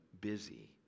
busy